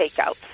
takeout